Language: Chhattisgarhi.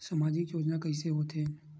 सामजिक योजना कइसे होथे?